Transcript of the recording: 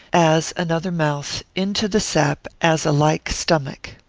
as, another mouth, into the sap, as a like stomach.